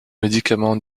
médicament